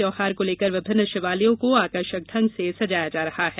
त्यौहार को लेकर विभिन्न शिवालयों को आकर्षक ढंग से सजाया जा रहा है